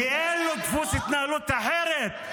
כי אין לו דפוס התנהלות אחרת.